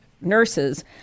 nurses